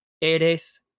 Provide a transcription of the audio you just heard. eres